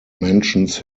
mentions